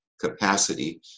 capacity